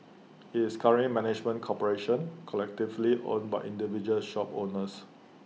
IT is currently management corporation collectively owned by individual shop owners